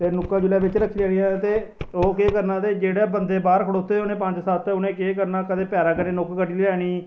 ते नुक्कां जिसलै बिच रक्खी लैनियां ते केह् करना ते जेहड़ा बंदे बाहर खड़ोते दे होने पंज सत्त ते केह् करना कदें पैरा कन्नै नुक्क कड्ढी लैनी